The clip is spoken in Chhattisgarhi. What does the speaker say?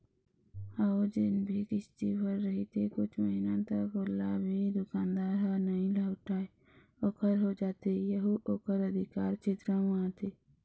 अउ जेन भी किस्ती भर रहिथे कुछ महिना तक ओला भी दुकानदार ह नइ लहुटाय ओखर हो जाथे यहू ओखर अधिकार छेत्र म आथे